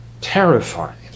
terrified